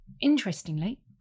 interestingly